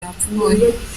yapfuye